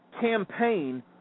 campaign